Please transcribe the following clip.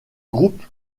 groupe